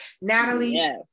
natalie